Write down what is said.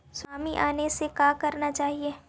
Tsunami आने से का करना चाहिए?